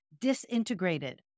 disintegrated